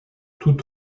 tout